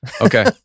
Okay